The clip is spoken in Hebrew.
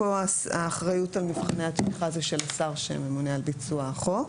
פה האחריות על מבחני התמיכה זה של השר שממונה על ביצוע החוק,